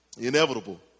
inevitable